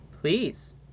Please